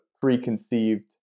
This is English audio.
preconceived